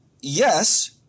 yes